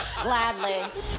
Gladly